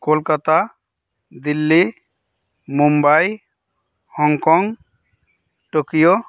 Kolkata Delhi Mumbai Hong Kong Tokyo